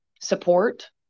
support